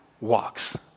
walks